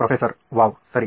professor ವಾಹ್ ಸರಿ